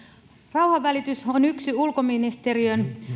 rauhanvälitys on yksi ulkoministeriön